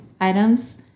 items